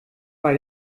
bei